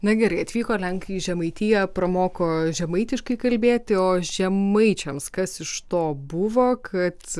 na gerai atvyko lenkai į žemaitiją pramoko žemaitiškai kalbėti o žemaičiams kas iš to buvo kad